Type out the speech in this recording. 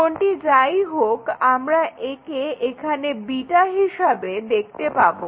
কোণটি যাই হোক আমরা একে এখানে হিসাবে দেখতে পাবো